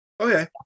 Okay